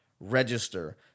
register